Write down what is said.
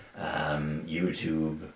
YouTube